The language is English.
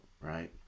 right